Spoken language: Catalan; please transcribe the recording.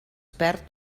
perd